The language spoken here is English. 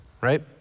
right